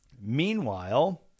meanwhile